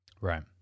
Right